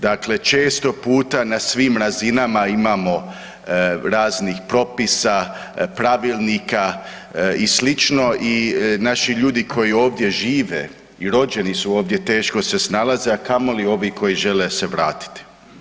Dakle, često puta na svim razinama imamo raznih propisa, pravilnika i slično i naši ljudi koji ovdje žive i rođeni su ovdje teško se snalaze, a kamoli ovi koji žele se vratiti.